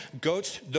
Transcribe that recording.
goats